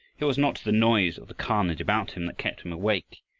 it was not the noise of the carnage about him that kept him awake.